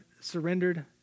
surrendered